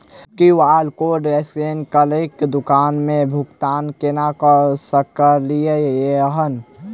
हम QR code scan करके दुकान मे भुगतान केना करऽ सकलिये एहन?